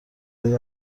های